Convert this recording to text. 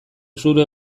zure